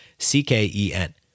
C-K-E-N